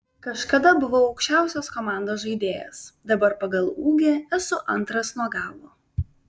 kažkada buvau aukščiausias komandos žaidėjas dabar pagal ūgį esu antras nuo galo